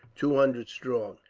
two hundred strong.